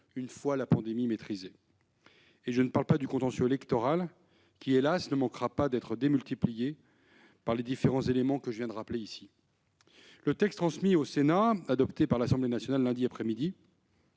une fois la pandémie maîtrisée. Et je ne parle pas du contentieux électoral qui, hélas ! ne manquera pas d'être multiplié par les différents éléments que je viens de rappeler ... Le texte transmis au Sénat, adopté par l'Assemblée nationale lundi après-midi,